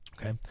Okay